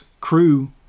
crew